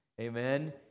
Amen